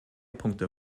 punkte